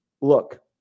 Look